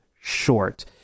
short